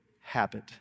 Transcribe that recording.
habit